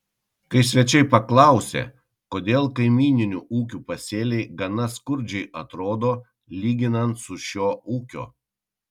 kai svečiai paklausė kodėl kaimyninių ūkių pasėliai gana skurdžiai atrodo lyginant su šio ūkio